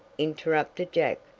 interrupted jack.